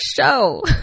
show